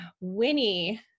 Winnie